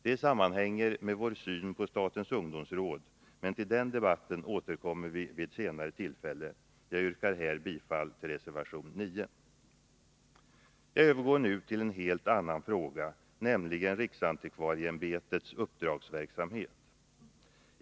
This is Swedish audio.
Det sammanhänger med vår syn på statens ungdomsråd, men till den debatten återkommer vi vid ett senare tillfälle. Jag yrkar bifall till reservation 9. Jag övergår nu till en helt annan fråga, nämligen riksantikvarieämbetets uppdragsverksamhet.